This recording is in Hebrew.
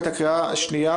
בעת הקריאה השנייה,